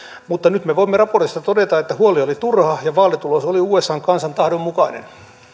mutta nyt me voimme raportista todeta että huoli oli turha ja vaalitulos oli usan kansan tahdon mukainen